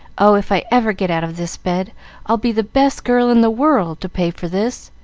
oh, if i ever get out of this bed i'll be the best girl in the world, to pay for this.